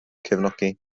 cefnogi